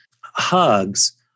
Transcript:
Hugs